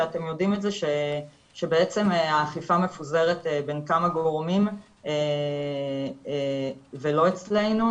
ואתם יודעים את זה שבעצם האכיפה מפוזרת בין כמה גורמים ולא אצלנו,